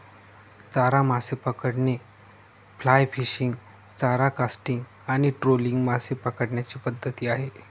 चारा मासे पकडणे, फ्लाय फिशिंग, चारा कास्टिंग आणि ट्रोलिंग मासे पकडण्याच्या पद्धती आहेत